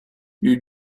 you